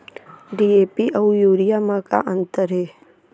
DAP अऊ urea म का अंतर हे?